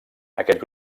aquest